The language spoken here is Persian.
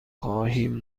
خواهیم